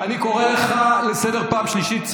אני קורא אותך לסדר בפעם השלישית.